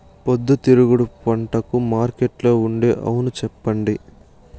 పొద్దుతిరుగుడు పంటకు మార్కెట్లో ఉండే అవును చెప్పండి?